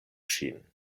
ŝin